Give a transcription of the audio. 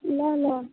ल ल